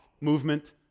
movement